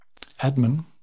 admin